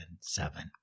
seven